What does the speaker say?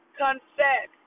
confess